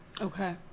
Okay